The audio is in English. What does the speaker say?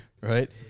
right